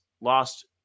Lost